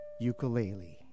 Ukulele